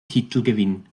titelgewinn